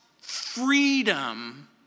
freedom